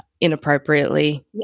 inappropriately